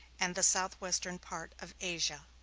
and the southwestern part of asia.